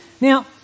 Now